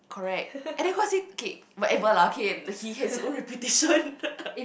correct and it was he okay whatever lah okay he has own reputation